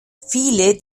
viele